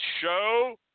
show